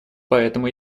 поэтому